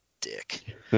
dick